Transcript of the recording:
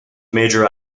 major